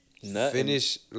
finish